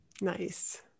Nice